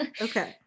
Okay